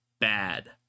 bad